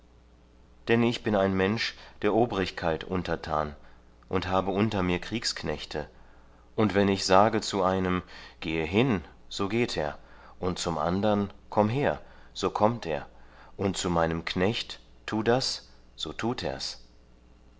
denn ich bin ein mensch der obrigkeit untertan und habe unter mir kriegsknechte und wenn ich sage zu einem gehe hin so geht er und zum andern komm her so kommt er und zu meinem knecht tu das so tut er's